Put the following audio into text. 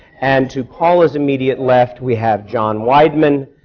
and to paula's immediate left, we have john weidman,